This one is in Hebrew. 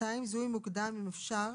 (2)זיהוי מוקדם אם אפשר,